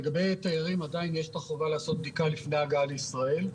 לגבי תיירים עדיין יש את החובה לבצע בדיקה לפני הגעה לישראל.